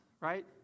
right